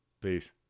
Peace